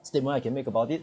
statement I can make about it